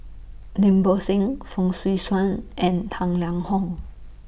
Lim Bo Seng Fong Swee Suan and Tang Liang Hong